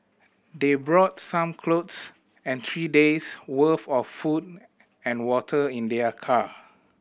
they brought some clothes and three days' worth of food and water in their car